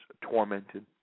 tormented